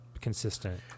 consistent